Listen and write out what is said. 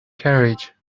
carriage